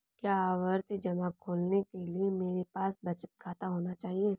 क्या आवर्ती जमा खोलने के लिए मेरे पास बचत खाता होना चाहिए?